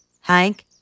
Hank